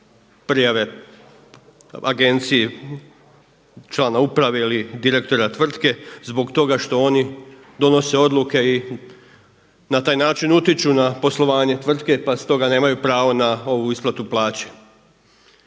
prijave agenciji člana uprave ili direktora tvrtke zbog toga što oni donose odluke i na taj način utiču na poslovanje tvrtke pa stoga nemaju pravo na ovu isplatu plaće.